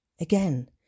Again